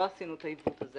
לא עשינו את העיוות הזה.